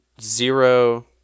zero